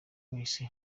wese